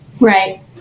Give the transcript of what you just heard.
Right